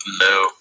No